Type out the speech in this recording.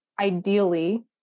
Ideally